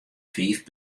fiif